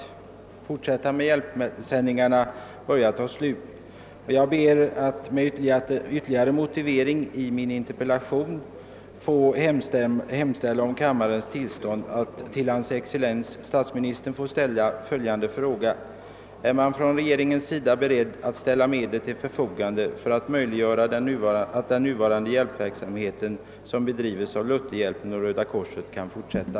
För Biafra, och då i första hand för de svältande barnen, skulle ett avbrott av hjälpsändningarna komma att innebära förnyade lidanden. Av denna anledning framstår det som angeläget att vi i humanitetens tecken satsar de medel som behövs för ett fortsatt hjälpprogram. Med stöd av det anförda hemställer jag om kammarens tillstånd att till hans excellens herr statsministern få rikta följande fråga: Är man från regeringens sida beredd att ställa medel till förfogande för att möjliggöra att den nuvarande hjälpverksamheten, som bedrivs av Lutherhjälpen och Röda korset, kan fortsätta?